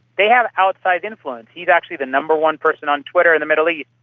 they have outside influence. he is actually the number one person on twitter in the middle east,